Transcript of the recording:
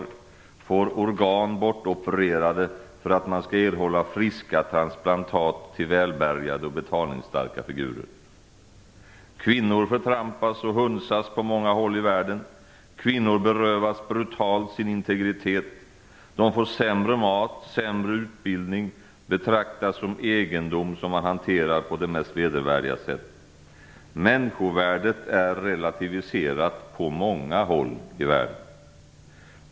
De får organ bortopererade för att man skall erhålla friska transplantat till välbärgade och betalningsstarka figurer. Kvinnor förtrampas och hunsas på många håll i världen. Kvinnor berövas brutalt sin integritet. De får sämre mat, sämre utbildning och de betraktas som egendom som man hanterar på det mest vedervärdiga sätt. Människovärdet är relativiserat på många håll i världen.